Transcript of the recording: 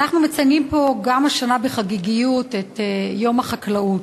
אנחנו מציינים פה גם השנה בחגיגיות את יום החקלאות,